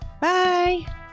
Bye